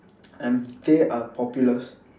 and they are popular